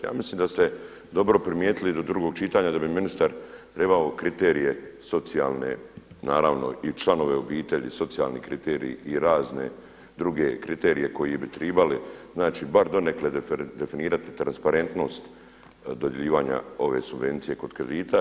Ja mislim da ste dobro primijetili do drugog čitanja da bi ministar trebao kriterije socijalne, naravno i članove obitelji, socijalni kriterij i razne druge kriterije koji bi tribali, znači bar donekle definirati transparentnost dodjeljivanja ove subvencije kod kredita.